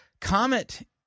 Comet